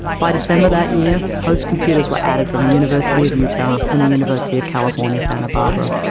by december of that year, host computers were added from the university of utah and the university of california, santa barbara,